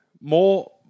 more